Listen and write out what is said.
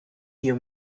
you